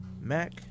Mac